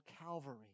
Calvary